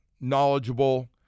knowledgeable